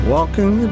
Walking